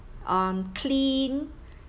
um clean